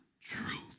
truth